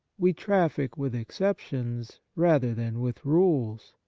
we traffic with exceptions rather than with rules.